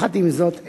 עם זאת,